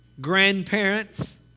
grandparents